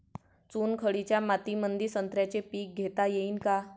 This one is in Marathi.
चुनखडीच्या मातीमंदी संत्र्याचे पीक घेता येईन का?